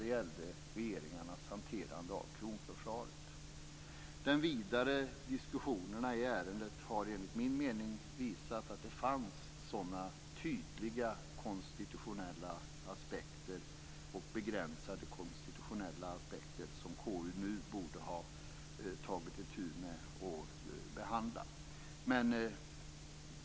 Det var regeringens hantering av kronförsvaret. Den vidare diskussionen i ärendet har enligt min mening visat att det fanns tydliga begränsade konstitutionella aspekter som KU nu borde ha tagit itu med och behandla.